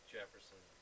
Jefferson